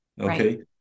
Okay